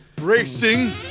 racing